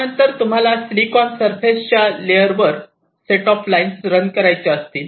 त्यानंतर तुम्हाला silicon surface च्या लेअर वर सेट ऑफ लाइन्स रन करायच्या असतील